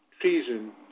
treason